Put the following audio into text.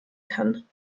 kann